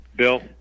Bill